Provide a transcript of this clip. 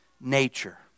nature